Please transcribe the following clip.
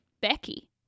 Becky